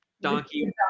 Donkey